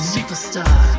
Superstar